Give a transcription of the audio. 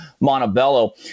Montebello